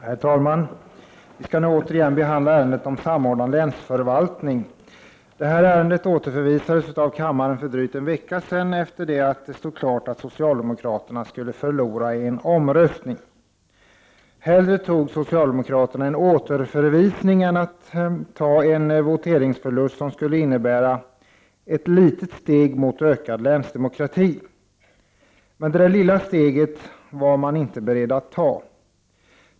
Herr talman! Vi skall nu återigen behandla ärendet om samordnad länsförvaltning. Detta ärende återförvisades av kammaren för en dryg vecka sedan efter det att det stod klart att socialdemokraterna skulle förlora en omröstning. Hellre tog socialdemokraterna en återförvisning än att ta en voteringsförlust som skulle innebära ett litet steg mot ökad länsdemokrati. Men det lilla steget var man inte beredda att ta.